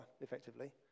effectively